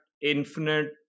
Infinite